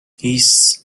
هیس